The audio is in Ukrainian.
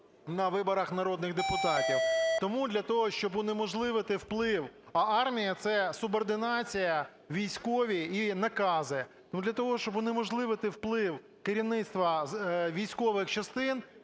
на виборах народних депутатів. Тому для того, щоб унеможливити вплив… А армія – це субординація, військові і накази. То для того, щоб унеможливити вплив керівництва з військових частин,